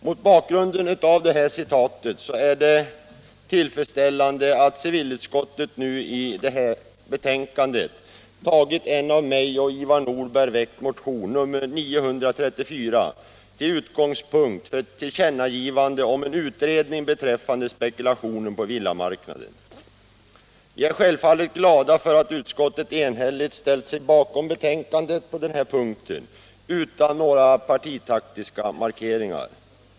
Mot bakgrund av detta citat är det tillfredsställande att civilutskottet i betänkandet nr 18 har tagit en av mig och Ivar Nordberg väckt motion, nr 934, till utgångspunkt för ett tillkännagivande om en utredning beträffande spekulationer på villamarknaden. Vi är självfallet glada för att utskottet enhälligt ställt sig bakom betänkandet på den här punkten utan några partitaktiska markeringar.